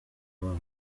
wabo